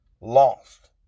lost